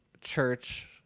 church